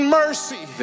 mercy